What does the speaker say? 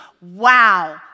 wow